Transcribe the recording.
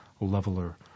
leveler